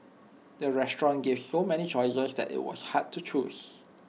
the restaurant gave so many choices that IT was hard to choose